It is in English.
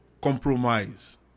compromise